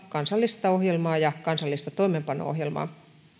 kansallista ohjelmaa ja kansallista toimeenpano ohjelmaa